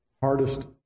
hardest